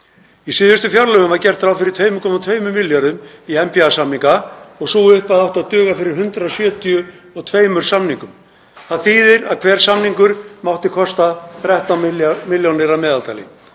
Í síðustu fjárlögum var gert ráð fyrir 2,2 milljörðum í NPA-samninga og sú upphæð átti að duga fyrir 172 samningum. Það þýðir að hver samningur mátti kosta 13 milljónir að meðaltali.